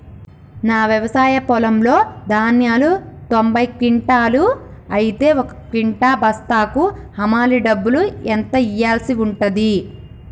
నా వ్యవసాయ పొలంలో ధాన్యాలు తొంభై క్వింటాలు అయితే ఒక క్వింటా బస్తాకు హమాలీ డబ్బులు ఎంత ఇయ్యాల్సి ఉంటది?